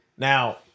Now